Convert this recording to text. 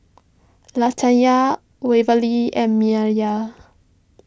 Latanya Waverly and